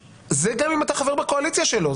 וזה גם אם אתה חבר בקואליציה שלו.